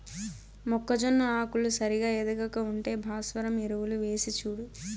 మొక్కజొన్న ఆకులు సరిగా ఎదగక ఉంటే భాస్వరం ఎరువులు వేసిచూడు